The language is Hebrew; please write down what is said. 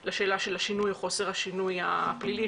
של השינוי או חוסר השינוי הפלילי,